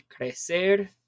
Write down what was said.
crecer